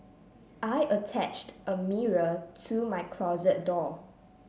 I attached a mirror to my closet door